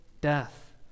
death